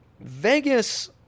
Vegas